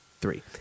three